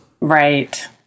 right